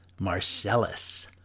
Marcellus